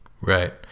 Right